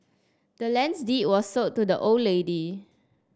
the land's deed was sold to the old lady